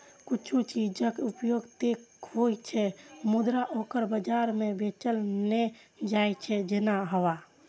किछु चीजक उपयोग ते होइ छै, मुदा ओकरा बाजार मे बेचल नै जाइ छै, जेना हवा